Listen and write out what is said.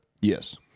Yes